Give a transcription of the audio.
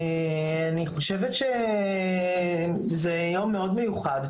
אני חושבת שזה יום מאוד מיוחד.